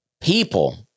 People